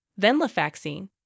Venlafaxine